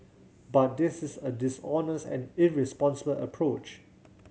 but this is a dishonest and irresponsible approach